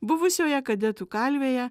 buvusioje kadetų kalvėje